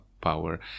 power